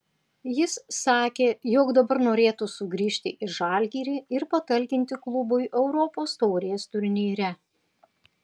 jis sakė jog dabar norėtų sugrįžti į žalgirį ir patalkinti klubui europos taurės turnyre